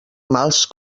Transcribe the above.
mals